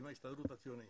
עם ההסתדרות הציונית,